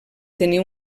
tenir